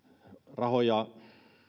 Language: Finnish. rahoja